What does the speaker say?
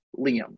Liam